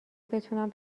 بتونم